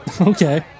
Okay